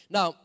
Now